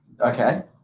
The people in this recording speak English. Okay